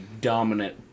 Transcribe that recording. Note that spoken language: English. dominant